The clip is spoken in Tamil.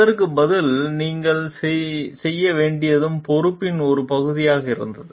அதற்கு பதில் சொல்ல வேண்டியதும் பொறுப்பின் ஒரு பகுதியாக இருந்தது